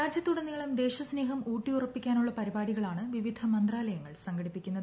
രാജ്യത്തുടനീളം ദേശസ്നേഹം ഊട്ടിയുറപ്പിക്കാനുള്ള പരിപാടികളാണ് വിവിധ മന്ത്രാലയങ്ങൾ സംഘടിപ്പിക്കുന്നത്